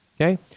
Okay